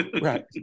Right